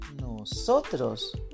nosotros